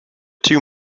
two